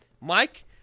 Mike